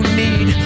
need